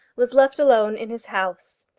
was left alone in his house,